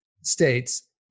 states